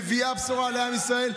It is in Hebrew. מביאה בשורה לעם ישראל,